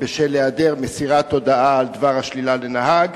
בשל אי-מסירת הודעה על דבר השלילה לנהג?